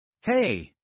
Hey